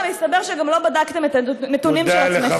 מסתבר שגם לא בדקתם את הנתונים של עצמכם.